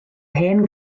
hen